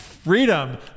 freedom